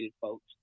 folks